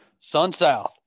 SunSouth